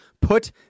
put